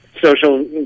social